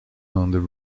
under